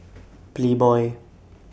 Playboy